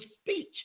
speech